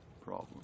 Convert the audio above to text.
problem